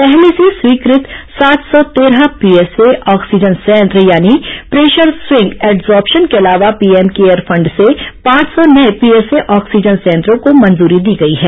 पहले से स्वीकृत सात सौ तेरह पीएसए ऑक्सीजन संयंत्र यानि प्रेशर स्विंग एडजोर्पशन के अलावा पीएम केयर फंड से पांच सौ नए पीएसए ऑक्सीजन संयत्रों को मंजूरी दी गई हैं